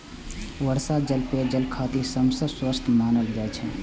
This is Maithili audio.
वर्षा जल पेयजल खातिर सबसं स्वच्छ मानल जाइ छै